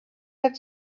had